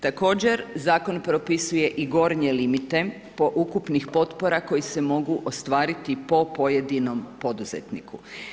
Također, zakon propisuje i gornje limite po ukupnih potpora koje se mogu ostvariti po pojedinom poduzetniku.